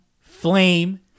flame